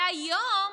והיום,